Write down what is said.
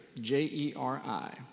J-E-R-I